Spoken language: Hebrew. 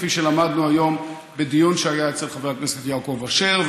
כפי שלמדנו היום בדיון שהיה אצל חבר הכנסת יעקב אשר,